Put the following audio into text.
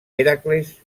hèracles